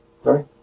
sorry